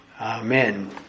Amen